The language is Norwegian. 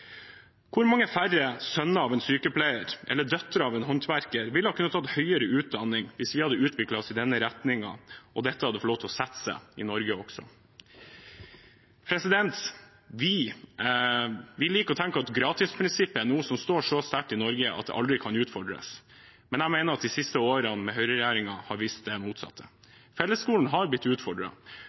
Hvor mange færre sønner av en sykepleier eller døtre av en håndverker ville kunne tatt høyere utdanning hvis vi hadde utviklet oss i den retningen og det hadde fått lov til å sette seg i Norge også? Vi liker å tenke at gratisprinsippet står så sterkt i Norge at det aldri kan utfordres, men jeg mener at de siste årene med Høyre-regjeringen har vist det motsatte. Fellesskolen har blitt